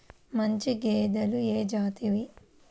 మంచి గేదెలు ఏ జాతివి?